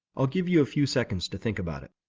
i'll give you a few seconds to think about it.